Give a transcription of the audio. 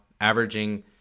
averaging